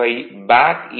I pack E